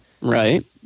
Right